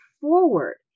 forward